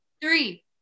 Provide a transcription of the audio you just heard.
Three